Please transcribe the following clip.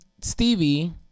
Stevie